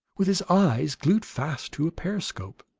with his eyes glued fast to a periscope.